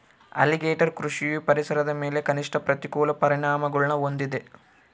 alligator ಕೃಷಿಯು ಪರಿಸರದ ಮೇಲೆ ಕನಿಷ್ಠ ಪ್ರತಿಕೂಲ ಪರಿಣಾಮಗುಳ್ನ ಹೊಂದಿದೆ